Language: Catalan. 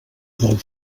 del